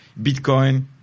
Bitcoin